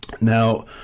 Now